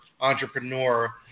entrepreneur